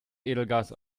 edelgas